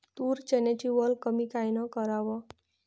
तूर, चन्याची वल कमी कायनं कराव?